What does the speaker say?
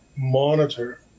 monitor